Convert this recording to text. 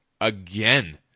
Again